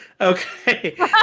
Okay